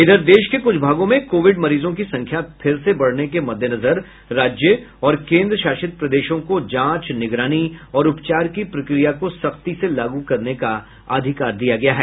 इधर देश के कुछ भागों में कोविड मरीजों की संख्या फिर से बढ़ने के मद्देनजर राज्य और केन्द्रशासित प्रदेशों को जांच निगरानी और उपचार की प्रक्रिया को सख्ती से लागू करने का अधिकार दिया गया है